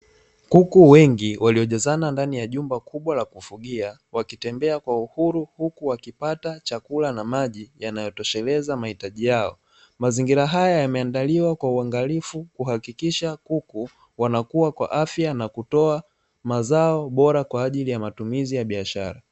Kuku wengi waliojazana ndani ya jumba kubwa la kufugia wakitembea kwa uhuru, huku wakipata chakula na maji yanayotosheleza mahitaji yao. Mazingira haya yameandaliwa kwa uangalifu kuhakikisha kuku wanakuwa kwa afya, na kutoa mazao bora kwa ajili ya matumizi ya biashara.